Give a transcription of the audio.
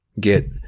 get